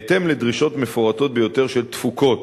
בהתאם לדרישות מפורטות ביותר של תפוקות.